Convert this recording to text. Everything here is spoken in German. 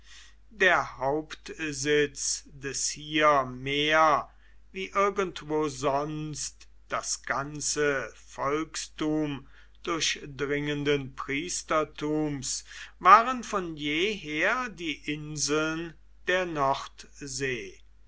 der hauptsitz des hier mehr wie irgendwo sonst das ganze volkstum durchdringenden priestertums waren von jeher die inseln der nordsee